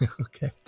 Okay